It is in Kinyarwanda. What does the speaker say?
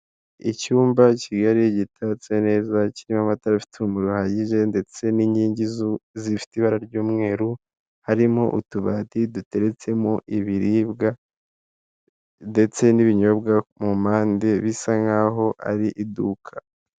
Icyumba kigari gitatse neza kirimo amatara afite umuriro uhagije ndetse n'inkingi zifite ibara ry'umweru harimo utubari duteretsemo ibiribwa ndetse n'ibinyobwa mu mpande bisa nkaho ari iduka.